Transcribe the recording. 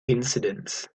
incidents